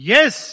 Yes